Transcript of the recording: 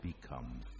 become